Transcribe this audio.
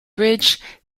bridge